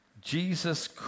Jesus